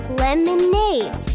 lemonade